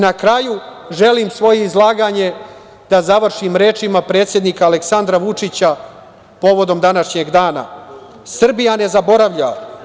Na kraju, želim svoje izlaganje da završim rečima predsednika Aleksandra Vučića povodom današnjeg dana: „Srbija ne zaboravlja.